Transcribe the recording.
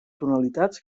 tonalitats